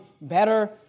better